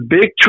Big